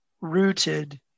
rooted